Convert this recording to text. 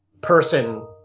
person